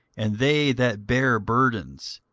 and they that bare burdens,